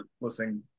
listening